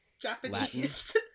Japanese